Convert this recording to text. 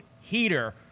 heater